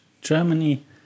Germany